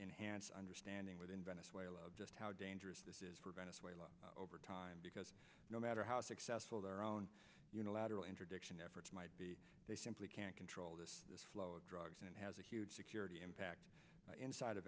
enhance understanding within venezuela just how dangerous this is for venezuela over time because no matter how successful their own unilateral interdiction efforts might be they simply can't control the flow of drugs and has a huge security impact inside of